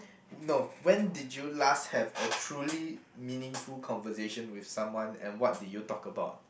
no when did you last have a truly meaningful conversation with someone and what did you talk about